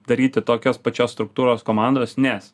daryti tokios pačios struktūros komandos nes